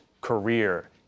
career